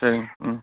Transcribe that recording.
சரிங்க ம்